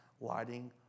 lighting